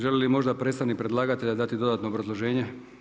Želi li možda predstavnik predlagatelja dati dodatno obrazloženje?